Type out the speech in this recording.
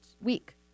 week